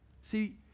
See